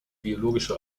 biologische